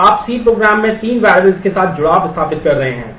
तो आप C program में तीन वेरिएबल्स के साथ जुड़ाव स्थापित कर रहे हैं